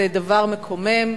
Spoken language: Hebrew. זה דבר מקומם.